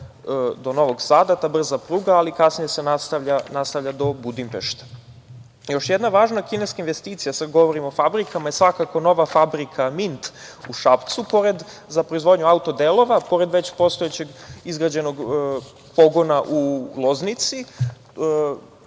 do Novog Sada, brza pruga, ali kasnije se nastavlja do Budimpešte. Još jedna važna kineska investicija, sad govorim o fabrikama, je svakako nova fabrika „Mint“, u Šapcu, za proizvodnju auto delova, pored već postojećeg izgrađenog pogona u Loznici.